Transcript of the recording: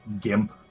gimp